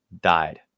died